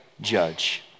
judge